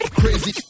crazy